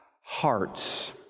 hearts